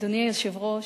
אדוני היושב-ראש,